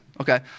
Okay